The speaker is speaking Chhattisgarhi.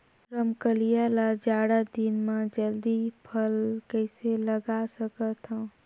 रमकलिया ल जाड़ा दिन म जल्दी फल कइसे लगा सकथव?